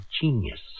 genius